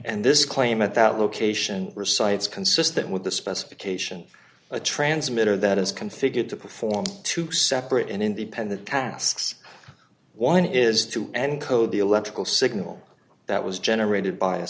and this claim at that location recites consistent with the specification a transmitter that is configured to perform two separate and independent casks one is to encode the electrical signal that was generated by a